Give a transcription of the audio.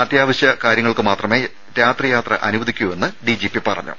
അത്യാവശ്യ കാര്യങ്ങൾക്ക് മാത്രമേ രാത്രിയാത്ര അനുവദിക്കൂവെന്നും ഡിജിപി പറഞ്ഞു